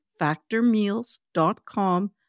factormeals.com